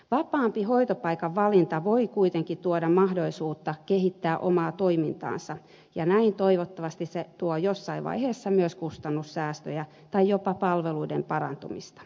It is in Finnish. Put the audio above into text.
vapaampi hoitopaikan valinta voi kuitenkin tuoda mahdollisuutta kehittää omaa toimintaansa ja näin toivottavasti se tuo jossain vaiheessa myös kustannussäästöjä tai jopa palveluiden parantumista